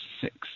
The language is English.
six